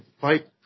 Fight